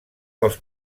dels